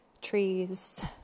trees